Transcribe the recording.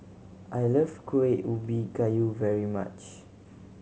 I love Kuih Ubi Kayu very much